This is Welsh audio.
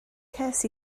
ces